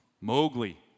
Mowgli